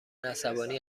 عصبانی